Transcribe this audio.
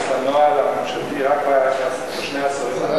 לנוהל הממשלתי רק בשני העשורים האחרונים.